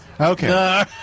Okay